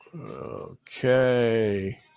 okay